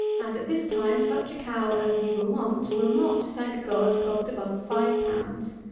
and at this time such a cow as you will want will not, thank god, cost above five pounds.